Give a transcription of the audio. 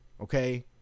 Okay